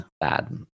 bad